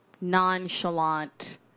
nonchalant